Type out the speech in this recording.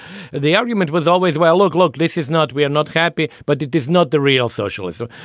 the argument was always, well, look, look, this is not we are not happy, but it is not the real socialism.